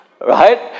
right